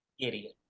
idiot